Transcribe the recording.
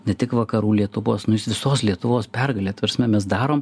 ne tik vakarų lietuvos nu jis visos lietuvos pergalė ta prasme mes darom